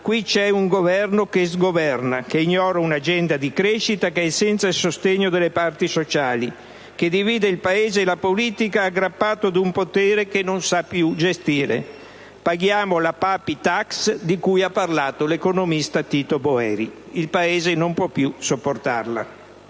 Qui c'è un Governo che "sgoverna", che ignora un'agenda di crescita, che è senza il sostegno delle parti sociali, che divide il Paese e la politica, aggrappato ad un potere che non sa più gestire. Paghiamo la «papi *tax*» di cui ha parlato l'economista Tito Boeri. Il Paese non può più sopportarla.